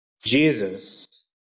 Jesus